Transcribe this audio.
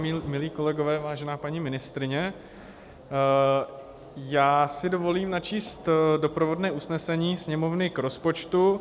Milé kolegyně, milí kolegové, vážená paní ministryně, já si dovolím načíst doprovodné usnesení Sněmovny k rozpočtu.